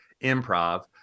improv